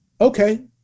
okay